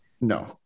No